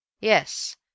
Yes